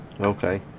Okay